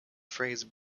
phrase